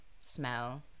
smell